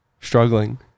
struggling